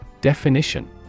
Definition